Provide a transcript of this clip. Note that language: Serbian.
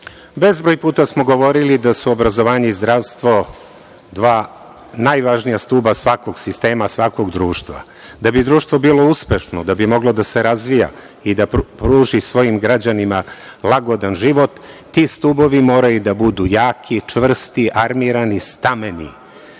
bezbroj puta smo govorili da su obrazovanje i zdravstvo dva najvažnija stuba svakog sistema, svakog društva. Da bi društvo bilo uspešno, da bi moglo da se razvija i da pruži svojim građanima lagodan život, ti stubovi moraju da budu jaki, čvrsti, armirani, stameni.